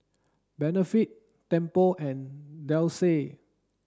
Benefit Temple and Delsey